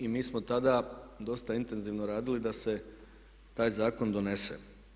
I mi smo tada dosta intenzivno radili da se taj zakon donese.